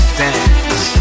dance